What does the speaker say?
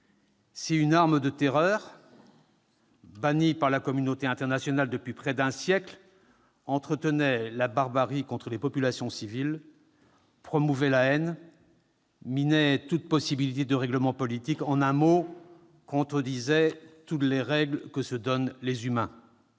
si une arme de terreur, bannie par la communauté internationale depuis près d'un siècle, entretenait la barbarie contre les populations civiles, promouvait la haine, minait toute possibilité de règlement politique, en un mot, contredisait toutes les règles que se donnent les humains.